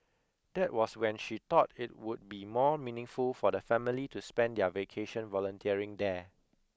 that was when she thought it would be more meaningful for the family to spend their vacation volunteering there